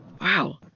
Wow